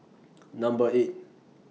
Number eight